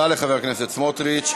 בושה, תודה לחבר הכנסת סמוטריץ.